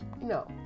no